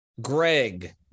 Greg